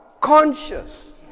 conscious